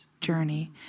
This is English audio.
journey